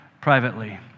privately